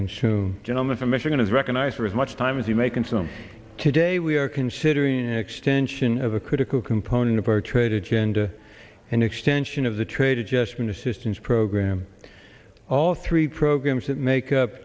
consume gentleman from michigan is recognized for as much time as you may consume today we are considering an extension of a critical component of our trade agenda an extension of the trade adjustment assistance program all three programs that make